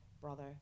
brother